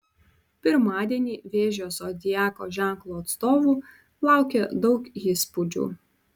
pirmadienį vėžio zodiako ženklo atstovų laukia daug įspūdžių